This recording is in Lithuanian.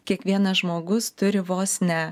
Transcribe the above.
kiekvienas žmogus turi vos ne